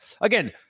again